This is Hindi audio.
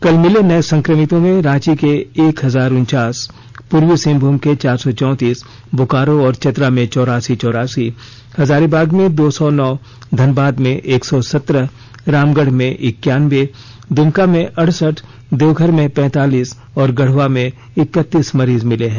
कल मिले नए संक्रमितों में रांची के एक हजार उनचास पूर्वी सिंहभूम के चार सौ चौतीस बोकारो और चतरा में चौरासी चौरासी हजारीबाग में दो सौ नौ धनबाद में एक सौ सत्रह रामगढ़ में इक्कायनबे दुमका में अड़सठ देवघर में पैतालीस और गढ़वा में इकतीस मरीज मिले हैं